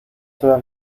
toda